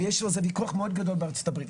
יש על זה ויכוח מאוד גדול בארצות הברית.